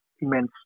immense